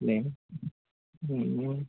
ने